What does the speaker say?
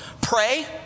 pray